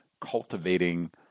cultivating